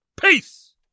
Peace